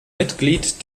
mitglied